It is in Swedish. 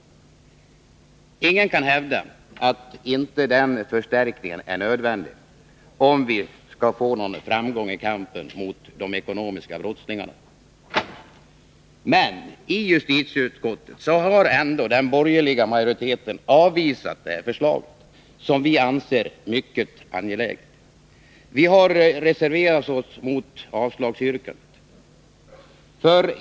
Ingen kan hävda att den förstärkningen inte är nödvändig, om vi skall nå någon framgång i kampen mot de ekonomiska brottslingarna. Men i justitieutskottet har ändå den borgerliga majoriteten avvisat detta förslag, som vi anser är mycket angeläget. Vi har reserverat oss mot avslagsyrkandet.